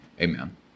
Amen